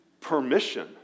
permission